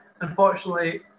unfortunately